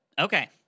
Okay